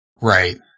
Right